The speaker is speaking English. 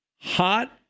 Hot